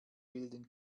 bilden